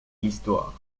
l’histoire